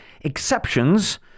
exceptions